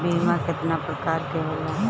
बीमा केतना प्रकार के होला?